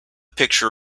picture